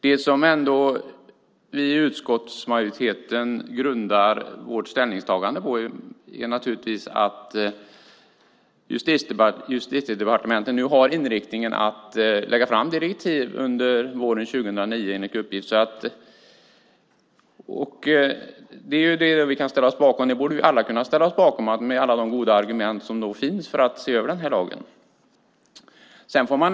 Det som vi i utskottsmajoriteten grundar vårt ställningstagande på är att Justitiedepartementet enligt uppgift har inriktningen att lägga fram direktiv under våren 2009. Det kan vi ställa oss bakom, och det borde alla kunna ställa sig bakom med tanke på alla de goda argument som finns för att se över lagen.